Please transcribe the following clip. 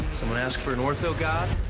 someone ask for an ortho god?